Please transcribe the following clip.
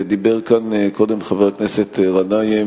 דיבר כאן קודם חבר הכנסת גנאים